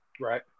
Right